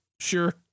Sure